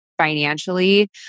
financially